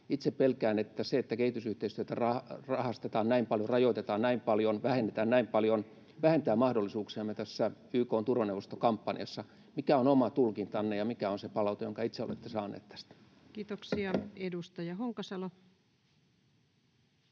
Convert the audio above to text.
Itse pelkään, että se, että kehitysyhteistyötä rahastetaan näin paljon, rajoitetaan näin paljon ja vähennetään näin paljon, vähentää mahdollisuuksiamme tässä YK:n turvaneuvoston kampanjassa. Mikä on oma tulkintanne, ja mikä on se palaute, jonka itse olette saanut tästä? [Speech 13] Speaker: